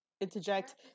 interject